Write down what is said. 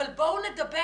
אבל בואו נדבר